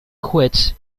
quits